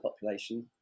population